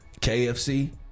kfc